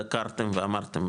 דקרתם ואמרתם,